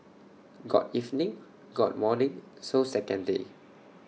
got evening got morning so second day